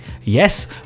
Yes